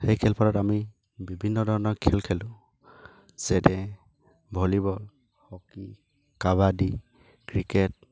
সেই খেলপথাৰত আমি বিভিন্ন ধৰণৰ খেল খেলোঁ যেনে ভলীবল হকী কাবাডী ক্ৰিকেট